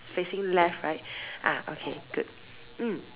facing left right ah okay good mm